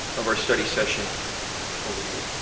of our study session over to you.